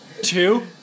Two